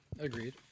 Agreed